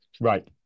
Right